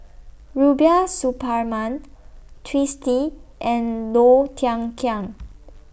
Rubiah Suparman Twisstii and Low Thia Khiang